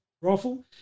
rifle